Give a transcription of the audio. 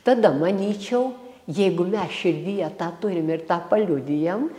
tada manyčiau jeigu mes širdyje tą turim ir tą paliudijam